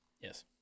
Yes